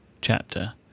chapter